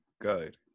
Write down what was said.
good